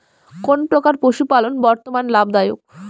কোন প্রকার পশুপালন বর্তমান লাভ দায়ক?